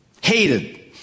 Hated